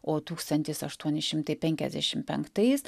o tūkstantis aštuoni šimtai penkiasdešim penktais